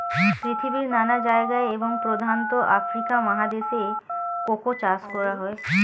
পৃথিবীর নানা জায়গায় এবং প্রধানত আফ্রিকা মহাদেশে কোকো চাষ করা হয়